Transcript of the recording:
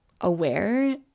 aware